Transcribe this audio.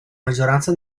maggioranza